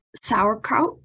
sauerkraut